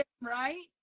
right